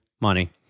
money